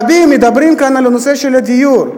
גם רבים מדברים כאן על הנושא של הדיור,